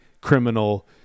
criminal